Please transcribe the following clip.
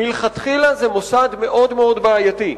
מלכתחילה זה מוסד מאוד בעייתי.